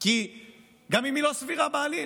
גם אם היא לא סבירה בעליל,